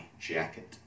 jacket